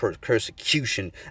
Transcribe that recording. persecution